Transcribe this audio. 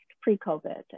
pre-COVID